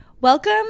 welcome